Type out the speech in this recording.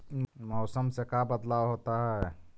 मौसम से का बदलाव होता है?